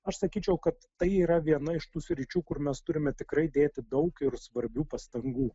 aš sakyčiau kad tai yra viena iš tų sričių kur mes turime tikrai dėti daug ir svarbių pastangų